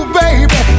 baby